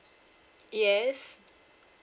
yes